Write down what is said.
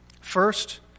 First